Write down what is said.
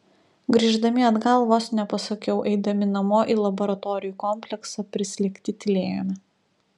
grįždami atgal vos nepasakiau eidami namo į laboratorijų kompleksą prislėgti tylėjome